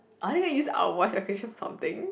are they going to use our voice recognition something